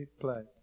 play